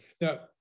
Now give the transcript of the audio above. Now